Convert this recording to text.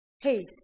Hey